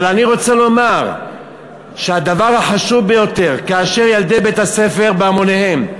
אבל אני רוצה לומר שהדבר החשוב ביותר הוא כאשר ילדי בית-הספר בהמוניהם,